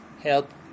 help